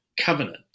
covenant